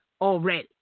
already